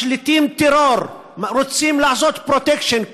משליטים טרור, רוצים לעשות פרוטקשן.